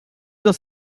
dans